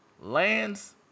lands